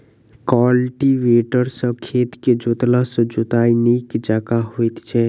cultivator सॅ खेत के जोतला सॅ जोताइ नीक जकाँ होइत छै